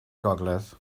gogledd